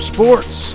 Sports